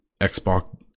Xbox